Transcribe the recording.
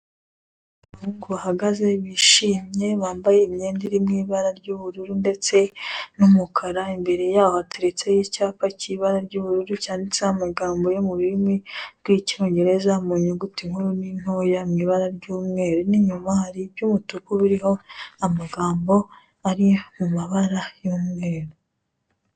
Abahungu bahagaze bishimye bambaye imyenda iri mu ibara ry'ubururu ndetse n'umukara, imbere yaho hateretseho icyapa cy'ibara ry'ubururu cyanditseho amagambo yo mu rurimi rw'Icyongereza mu nyuguti nkuru n'intoya mu ibara ry'umweru n'inyuma hari iby'umutuku biriho amagambo ari mu mabara y'umweru.